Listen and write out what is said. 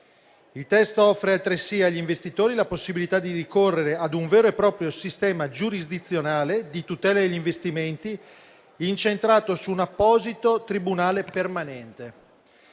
Il testo offre altresì agli investitori la possibilità di ricorrere a un vero e proprio sistema giurisdizionale di tutela degli investimenti, incentrato su un apposito tribunale permanente.